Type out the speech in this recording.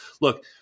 look